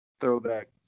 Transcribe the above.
Throwback